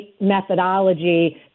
methodology